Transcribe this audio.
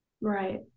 Right